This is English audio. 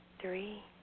three